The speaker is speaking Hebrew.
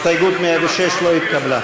הסתייגות מס' 106 לא התקבלה.